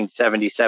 1977